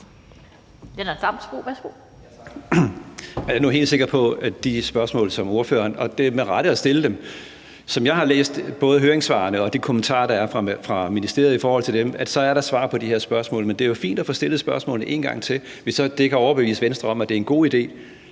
er nu helt sikker på, at de spørgsmål, som ordføreren med rette har stillet, er besvaret. Som jeg har læst både høringssvarene og de kommentarer, der er fra ministeriet i forhold til dem, så er der svar på de her spørgsmål. Men det er jo fint at få stillet spørgsmålene en gang til, hvis det så kan overbevise Venstre om, at det er en god idé